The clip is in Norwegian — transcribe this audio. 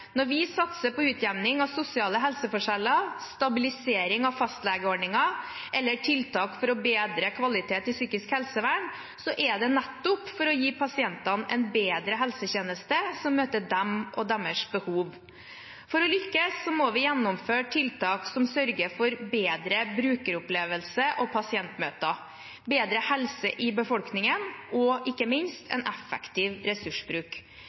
Når vi satser på utjevning av sosiale helseforskjeller, stabilisering av fastlegeordningen eller tiltak for å bedre kvaliteten i psykisk helsevern, er det nettopp for å gi pasientene en bedre helsetjeneste, som møter dem og deres behov. For å lykkes må vi gjennomføre tiltak som sørger for bedre brukeropplevelse og pasientmøter, bedre helse i befolkningen og, ikke minst, en effektiv ressursbruk.